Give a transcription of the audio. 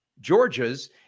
Georgia's